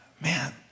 man